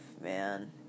man